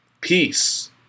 peace